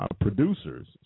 producers